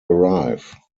arrive